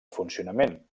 funcionament